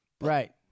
Right